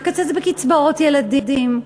נקצץ בקצבאות ילדים,